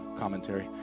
commentary